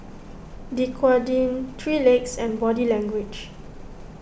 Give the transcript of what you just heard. Dequadin three Legs and Body Language